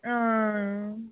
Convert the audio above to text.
हां